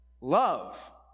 Love